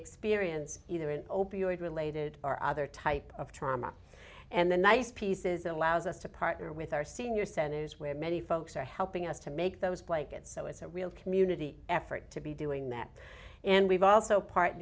experience either an opioid related our other type of trauma and the nice pieces that allows us to partner with our senior centers where many folks are helping us to make those blankets so it's a real community effort to be doing that and we've also part